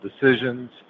decisions